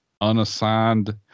unassigned